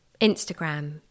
Instagram